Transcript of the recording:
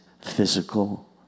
physical